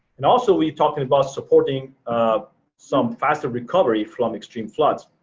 and also we're talking about supporting some faster recovery from extreme floods.